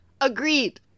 Agreed